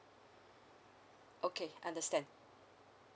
okay understand